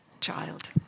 child